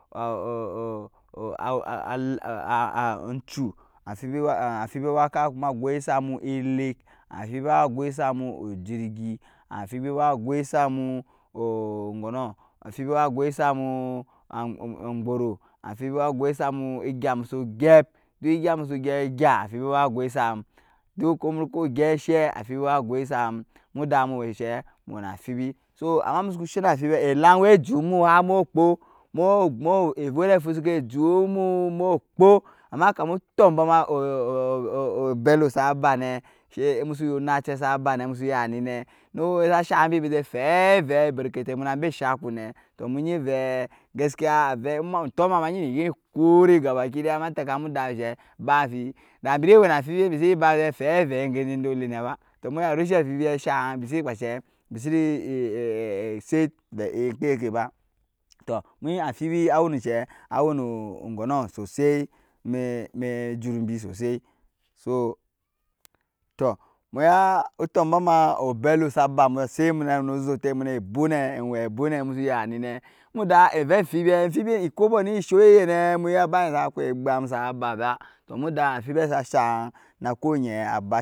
ugchu amfibi waka kuma samu ilɛk amfibi agwai samu ujirgi amfibi agwai samu go nɔɔ amfibi agwaisamu gbɔrɔɔ amfibi agwai samu egyam usugyɛp duk egya mu musu gɛp gya duk amfibi agwai samu duk kɔɔ munu ku gɛp inshɛ amfibi agwai samu muda mu wɛna amfibi ama musuku shɛ na amfibi sɔɔ ama musuka shɛ na amfibi elang wɛi jumu har mu kpɔɔ mɔɔ ewɛrɛnfu siki jumu mu kpɔɔ ama kama tumbɔɔ ma bello saba nɛ nan su fɛyɛ avɛ barkɛtɛ muna ambɛ ishaku tɔɔ mu yi vɛi gaskiya avɛ utumma enyi rɛsya enyi kuri gabakidaya muda shɛ ba amfibi da bini wɛi na amfibi bisi ba fɛyɛ avɛ gɛ jɛ dolɛ nɛ ba tɔɔ muya rɛshi amfibi shang bisi kpashɛ bisi sɛt vɛi egkeke ba tɔo mu enyi amfibi awɛi ni she a wɛi nu gɔnɔɔ sɔsɔɔ mai jur mbi sɔsɔɔ sɔ tɔɔ utumbɔma obello saba sɛt sa myɛi ozotɔɔ muna eboo nɛ ewan eboɔ nɛ muda evɛi amfibi ekɔbɔɔ ni shɔɔ eyɛ nɛ muya ba enyi sa kɔɔ egam saba ba tɔɔ muda amfibi sa shang na kɔɔ yɛi,